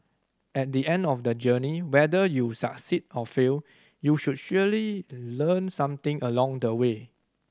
at the end of the journey whether you succeed or fail you sould surely learn something along the way